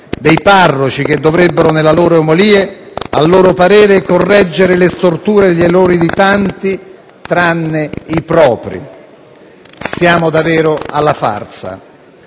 dei parroci, che dovrebbero, nelle loro omelie, a suo parere, correggere le storture e gli errori di tutti, tranne i propri. Siamo davvero alla farsa!